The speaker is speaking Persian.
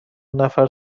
نفر